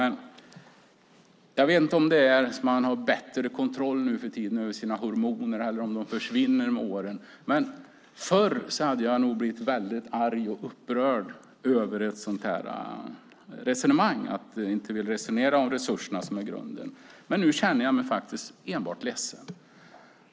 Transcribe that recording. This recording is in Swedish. Kanske har man bättre kontroll över sina hormoner nuförtiden eller också försvinner de med åren. Men förr hade jag nog blivit väldigt arg och upprörd över ett sådant här svar, att finansministern inte vill resonera om resurserna, som ju är grunden. Men nu känner jag mig faktiskt enbart ledsen.